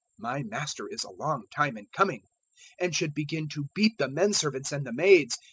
my master is a long time in coming and should begin to beat the menservants and the maids,